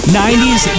90s